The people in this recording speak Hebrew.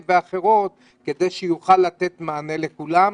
ואחרות כדי שניתן יהיה לתת מענה לכולם.